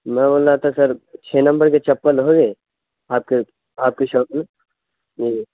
میں بول رہا تھا سر چھ نمبر کی چپل ہوئے آپ کے آپ کی شاپ میں جی جی